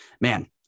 man